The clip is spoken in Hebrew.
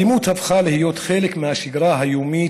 האלימות הפכה להיות חלק מהשגרה היומית,